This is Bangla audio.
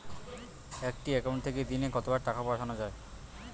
একটি একাউন্ট থেকে দিনে কতবার টাকা পাঠানো য়ায়?